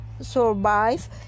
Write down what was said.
survive